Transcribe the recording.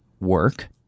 work